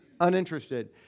uninterested